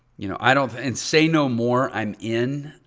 you know, i don't and say no more, i'm in.